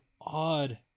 odd